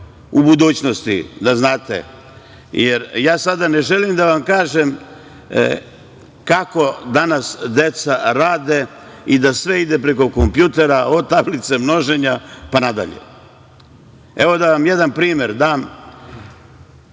u budućnosti, da znate, jer ja sada ne želim da vam kažem kako danas deca rade i da sve ide preko kompjutera, od tablice množenja, pa nadalje. Evo, da vam jedan primer dam,